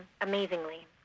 amazingly